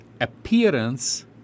appearance